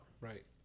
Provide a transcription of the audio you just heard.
Right